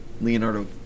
Leonardo